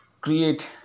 create